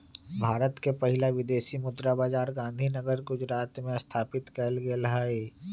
भारत के पहिला विदेशी मुद्रा बाजार गांधीनगर गुजरात में स्थापित कएल गेल हइ